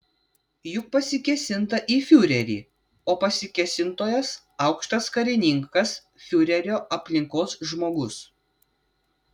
juk pasikėsinta į fiurerį o pasikėsintojas aukštas karininkas fiurerio aplinkos žmogus